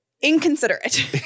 inconsiderate